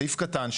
סעיף קטן,